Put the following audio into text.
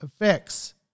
effects